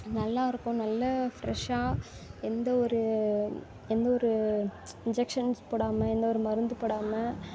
நல்லா இருக்கும் நல்ல ஃபிரஷ்ஷாக எந்த ஒரு எந்த ஒரு இன்ஜெக்ஷன்ஸ் போடாமல் எந்த ஒரு மருந்து போடாமல்